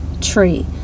tree